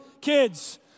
kids